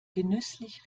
genüsslich